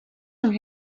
from